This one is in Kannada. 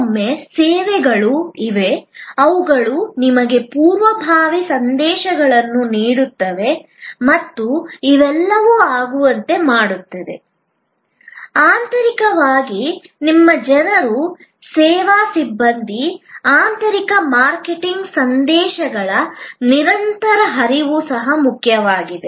ಕೆಲವೊಮ್ಮೆ ಸೇವೆಗಳು ಇವೆ ಅವುಗಳು ನಿಮಗೆ ಪೂರ್ವಭಾವಿ ಸಂದೇಶಗಳನ್ನು ನೀಡುತ್ತವೆ ಮತ್ತು ಇವೆಲ್ಲವೂ ಆಗುವಂತೆ ಮಾಡುತ್ತದೆ ಆಂತರಿಕವಾಗಿ ನಿಮ್ಮ ಜನರಿಗೆ ಸೇವಾ ಸಿಬ್ಬಂದಿಗೆ ಆಂತರಿಕ ಮಾರ್ಕೆಟಿಂಗ್ ಸಂದೇಶಗಳ ನಿರಂತರ ಹರಿವು ಸಹ ಮುಖ್ಯವಾಗಿದೆ